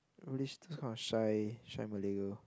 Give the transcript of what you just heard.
those kind of shy shy Malay girl